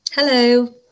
hello